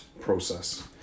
process